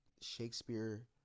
Shakespeare